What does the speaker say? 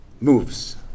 moves